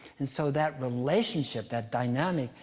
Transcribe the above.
and so, that relationship, that dynamic,